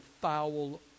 foul